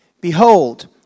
behold